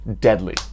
deadly